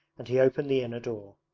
and he opened the inner door.